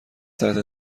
تحت